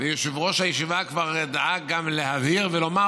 ויושב-ראש הישיבה כבר דאג גם להבהיר ולומר